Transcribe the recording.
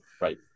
right